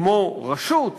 כמו רשות,